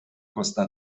costa